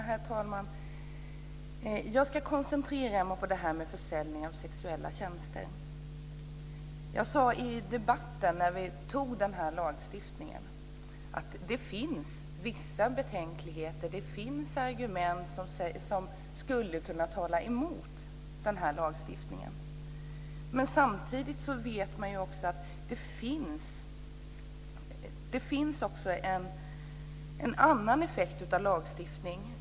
Herr talman! Jag ska koncentrera mig på frågan om försäljning av sexuella tjänster. Jag sade i debatten när vi antog den här lagstiftningen att det finns vissa betänkligheter, det finns argument som skulle kunna tala emot. Samtidigt vet man att det finns också en annan effekt av lagstiftning.